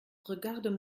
regarde